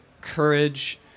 courage